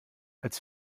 als